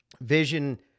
vision